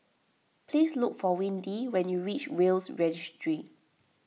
please look for Windy when you reach Will's Registry